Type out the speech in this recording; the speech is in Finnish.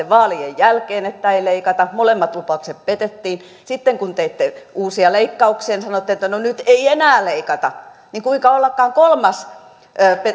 vaalien jälkeen että ei leikata molemmat lupaukset petettiin sitten kun teitte uusia leikkauksia niin sanoitte että no nyt ei enää leikata niin kuinka ollakaan kolmas